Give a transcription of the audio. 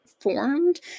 Formed